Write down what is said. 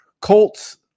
Colts